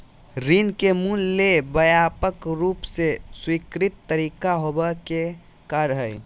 ऋण के मूल्य ले व्यापक रूप से स्वीकृत तरीका होबो के कार्य हइ